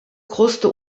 kruste